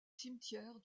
cimetière